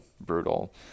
brutal